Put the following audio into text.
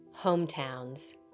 Hometowns